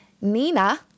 Nina